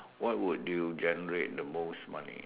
what would you generate the most money